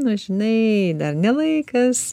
na žinai dar ne laikas